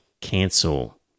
cancel